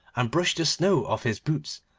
and brushed the snow off his boots,